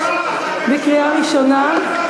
6) בקריאה ראשונה.